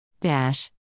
Dash